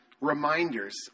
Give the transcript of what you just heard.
reminders